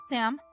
Sam